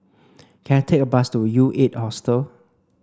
can I take a bus to U eight Hostel